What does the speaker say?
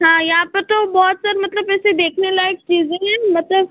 हाँ यहाँ पर तो बहुत सारे मतलब ऐसे देखने लायक चीज़ें हैं मतलब